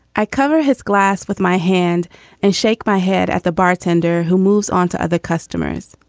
i cover his glass with my hand and shake my head at the bartender who moves onto other customers.